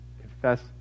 Confess